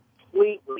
completely